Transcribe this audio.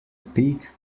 peak